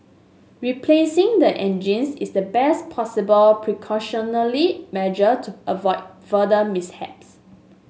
replacing the engines is the best possible precautionary measure to avoid further mishaps